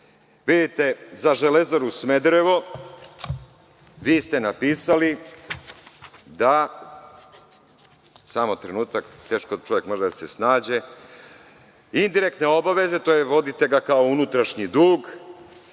za Železaru Smederevo, vi ste napisali da, samo trenutak, teško čovek može da se snađe, indirektne obaveze, to je, vodite ga kao unutrašnji dug,